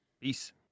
Peace